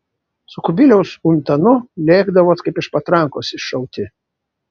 su kubiliaus untanu lėkdavot kaip iš patrankos iššauti